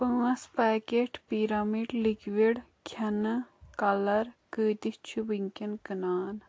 پٲنٛژھ پاکٮ۪ٹ پیرامٹ لِکوِڈ کھٮ۪نہٕ کلر کۭتِس چھُِ وونکین کٕنان